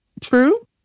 true